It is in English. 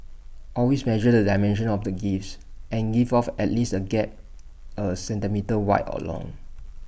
always measure the dimensions of the gifts and give off at least A gap A centimetre wide or long